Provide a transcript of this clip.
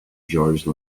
george